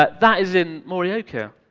but that is in morioka,